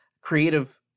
creative